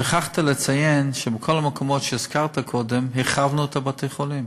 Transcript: שכחת לציין שבכל המקומות שהזכרת קודם הרחבנו את בתי-החולים,